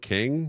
King